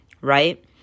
right